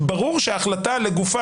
ברור שההחלטה לגופה,